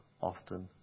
often